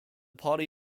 party